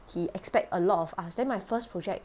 he expect a lot of us then my first project